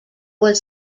was